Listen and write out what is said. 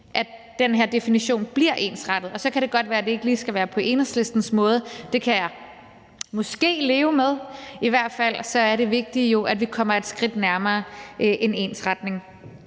at den her definition bliver ensrettet. Så kan det godt være, at det ikke lige skal være på Enhedslistens måde – det kan jeg måske leve med – men i hvert fald er det vigtige jo, at vi kommer et skridt nærmere en ensretning.